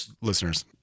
listeners